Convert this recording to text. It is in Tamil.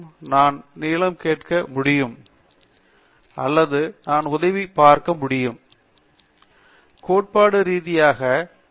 நான் நீளம் கேட்க முடியும் அல்லது நான் உதவியைப் பார்க்க முடியும் நீங்கள் இங்கே 100 டேட்டா பொய்ண்ட்ஸ் க் காணலாம் எங்களிடம் 114 டேட்டா பொய்ண்ட்ஸ் இருந்தன